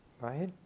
Right